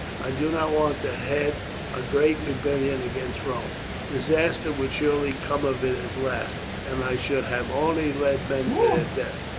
i do not want to head a great rebellion against rome disaster would surely come of it at last, and i should have only led men to their death.